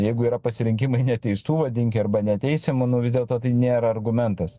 jeigu yra pasirinkimai neteistų vadinki arba neteisiamų nu vis dėlto tai nėra argumentas